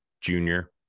junior